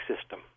system